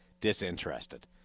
disinterested